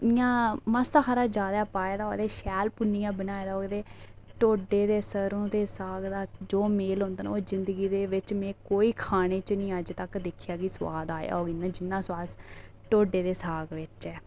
इंया मासा हार जादै पाए दा होऐ ते शैल भुन्नियै बनाए दा होग ते ढोडे ते सरौं दा साग दा जो मेल होंदा ना ओह् जिंदगी बिच में कोई खाने बिच अज्ज तक्क निं दिक्खेआ कि सोआद आया होग जिन्ना सोआद ढोडे दे साग बिच ऐ